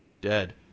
dead